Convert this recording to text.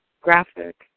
Graphic